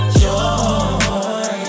joy